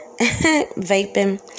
Vaping